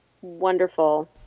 wonderful